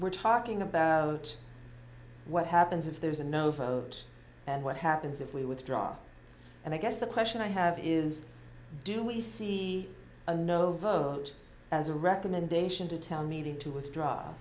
we're talking about what happens if there's a no vote and what happens if we withdraw and i guess the question i have is do we see a no vote as a recommendation to town meeting to withdraw